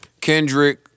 Kendrick